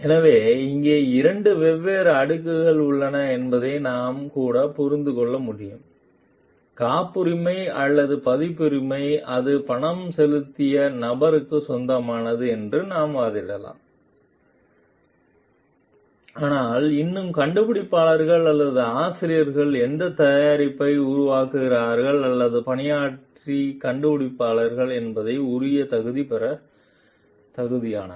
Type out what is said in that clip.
எனவே இங்கே இரண்டு வெவ்வேறு அடுக்குகள் உள்ளன என்பதை நாம் கூட புரிந்து கொள்ள முடியும் காப்புரிமை அல்லது பதிப்புரிமை அது பணம் செலுத்திய நபருக்கு சொந்தமானது என்று நாம் வாதிடலாம் ஆனால் இன்னும் கண்டுபிடிப்பாளர் அல்லது ஆசிரியர் அந்த தயாரிப்பை உருவாக்கியவர் அல்லது பணியாற்றிய கண்டுபிடிப்பாளர் என்பதால் உரிய தகுதி பெற தகுதியானவர்